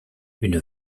une